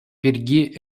пирки